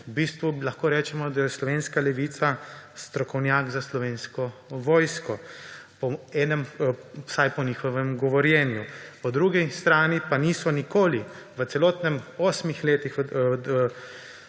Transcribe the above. v bistvu lahko rečemo, da je slovenska levica strokovnjak za Slovensko vojsko, vsaj po njihovem govorjenju. Po drugi strani pa niso v celotnih osmih letih